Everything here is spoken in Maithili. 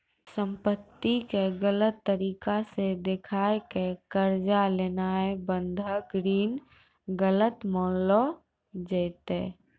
संपत्ति के गलत तरिका से देखाय के कर्जा लेनाय बंधक ऋण गलत मानलो जैतै